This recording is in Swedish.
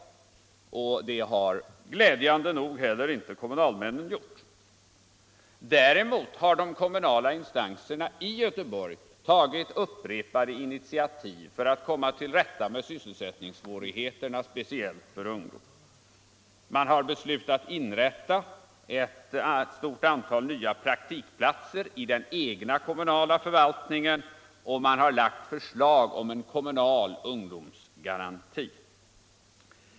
Det har, glädjande nog, heller inte kommunalmännen gjort. Däremot har de kommunala instanserna i Göteborg tagit upprepade initiativ för att komma till rätta med sysselsättningssvårigheterna, framför allt för ungdom. Man har beslutat inrätta ett stort antal nya praktikplatser i den egna kommunala förvaltningen, och man har lagt förslag om en kommunal ungdomsgaranti.